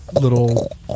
little